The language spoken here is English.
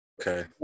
okay